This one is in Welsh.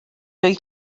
oedd